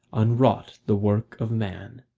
unwrought the work of man.